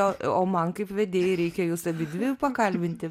o man kaip vedėjai reikia jus abidvi pakalbinti